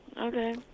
Okay